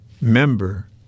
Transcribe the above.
member